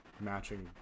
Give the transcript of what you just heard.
matching